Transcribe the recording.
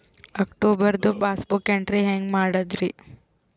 ಅಕ್ಟೋಬರ್ದು passbook entry ಹೆಂಗ್ ಮಾಡದ್ರಿ?